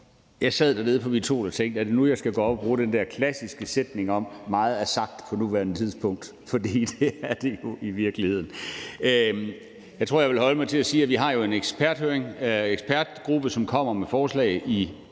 Jeg sad dernede på min stol og tænkte: Er det nu, jeg skal gå op og bruge den der klassiske sætning med, at meget er sagt på nuværende tidspunkt? For det er det jo i virkeligheden. Jeg tror, jeg vil holde mig til at sige, at vi jo har en ekspertgruppe, som kommer med forslag til